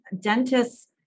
dentists